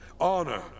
Honor